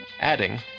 adding